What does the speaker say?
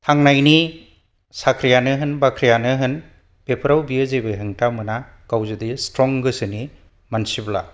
थांनायनि साख्रियानो होन बाख्रियानो होन बेफोराव बे जेबो हेंथा मोना गाव जुदि स्ट्रं गोसोनि मानसिब्ला